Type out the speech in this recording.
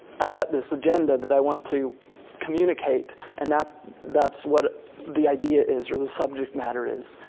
i've got this agenda that i want to communicate and that's that's what the idea is or the subject matter is.